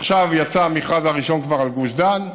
עכשיו כבר יצא המכרז הראשון על גוש דן,